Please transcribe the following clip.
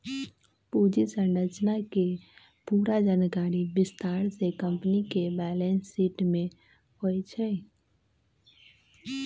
पूंजी संरचना के पूरा जानकारी विस्तार से कम्पनी के बैलेंस शीट में होई छई